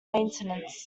maintenance